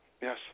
yes